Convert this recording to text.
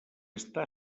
està